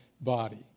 body